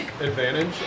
advantage